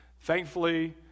Thankfully